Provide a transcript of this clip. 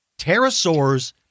pterosaurs